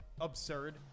absurd